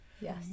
Yes